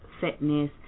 fitness